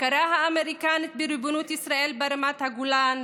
הכרה האמריקנית בריבונות ישראל ברמת הגולן,